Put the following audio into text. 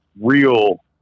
real